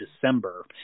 December